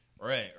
Right